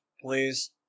please